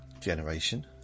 generation